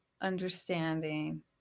understanding